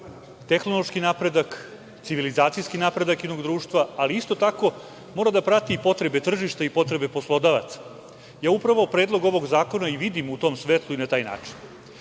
tehnološki napredak, civilizacijski napredak jednog društva, ali isto tako mora da prati potrebe tržište i potrebe poslodavaca. Upravo Predlog ovog zakona vidim u tom svetlu i na taj način. Od